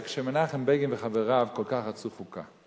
שבה מנחם בגין וחבריו כל כך רצו חוקה.